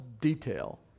detail